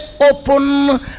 open